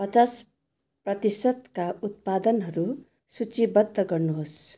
पचास प्रतिशतका उत्पादनहरू सूचीबद्ध गर्नुहोस्